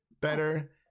better